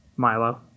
Milo